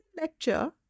lecture